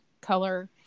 color